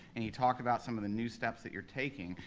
and you talk about some of the new steps that you're taking,